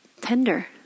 tender